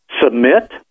Submit